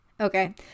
Okay